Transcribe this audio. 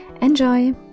Enjoy